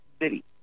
city